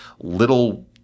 little